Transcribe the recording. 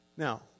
Now